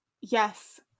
yes